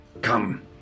Come